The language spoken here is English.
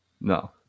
no